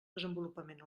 desenvolupament